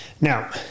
Now